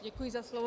Děkuji za slovo.